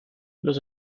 los